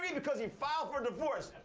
because he filed for divorce.